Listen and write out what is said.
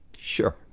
Sure